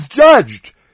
judged